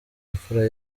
imfura